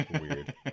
Weird